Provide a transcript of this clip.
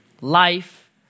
life